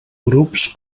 grups